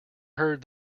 heard